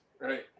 right